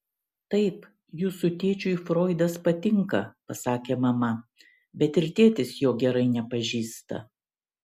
taip jūsų tėčiui froidas patinka pasakė mama bet ir tėtis jo gerai nepažįsta